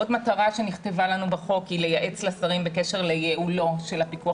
עוד מטרה שנכתבה לנו בחוק היא לייעץ לשרים בקשר לייעולו של הפיקוח